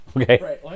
Okay